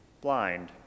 blind